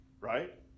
right